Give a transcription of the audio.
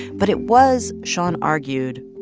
but it was, shon argued,